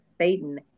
Satan